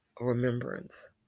remembrance